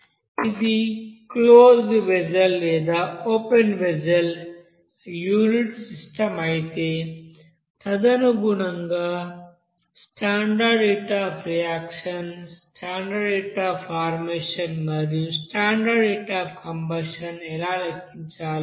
ఇది closed vessel లేదా open vessel unit system అయితే తదనుగుణంగా standard heat of reaction standard heat of formation మరియు స్టాండర్డ్ హీట్ అఫ్ కంబషన్ ఎలా లెక్కించాలి